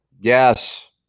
Yes